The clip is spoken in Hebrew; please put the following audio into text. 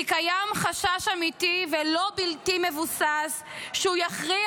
כי קיים חשש --- אמיתי ולא בלתי מבוסס שהוא יכריע